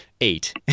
eight